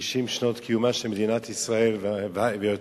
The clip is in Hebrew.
60 שנות קיומה של מדינת ישראל ויותר,